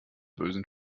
bösen